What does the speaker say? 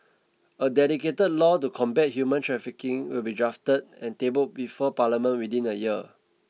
a dedicated law to combat human trafficking will be drafted and tabled before Parliament within a year